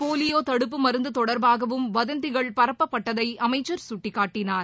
போலியோதடுப்பு மருந்துதொடர்பாகவும் வதந்திகள் பரப்பப்பட்டதைஅமைச்சர் சுட்டிக்காட்டினார்